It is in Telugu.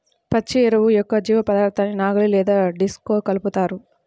పచ్చి ఎరువు యొక్క జీవపదార్థాన్ని నాగలి లేదా డిస్క్తో కలుపుతారు